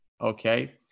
Okay